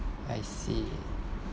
I see